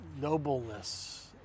nobleness